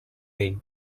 ell